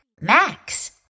Max